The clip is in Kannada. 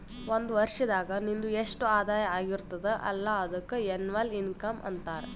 ಒಂದ್ ವರ್ಷನಾಗ್ ನಿಂದು ಎಸ್ಟ್ ಆದಾಯ ಆಗಿರ್ತುದ್ ಅಲ್ಲ ಅದುಕ್ಕ ಎನ್ನವಲ್ ಇನ್ಕಮ್ ಅಂತಾರ